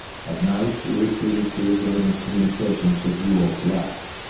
at night he retreated to regain his communications with ewell's left.